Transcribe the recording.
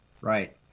Right